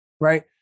Right